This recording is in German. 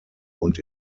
und